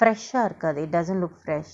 fresh ah இருக்காது:irukathu it doesn't look fresh